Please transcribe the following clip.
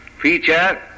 feature